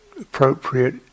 appropriate